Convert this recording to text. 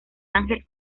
ángel